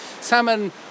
Salmon